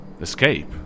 Escape